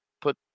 put